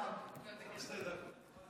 שתי דקות.